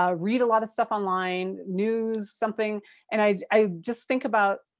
ah read a lot of stuff online news, something and i i just think about,